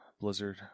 Blizzard